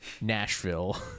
Nashville